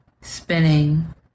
spinning